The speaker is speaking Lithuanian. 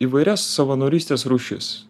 įvairias savanorystės rūšis